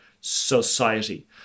society